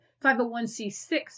501c6